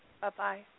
Bye-bye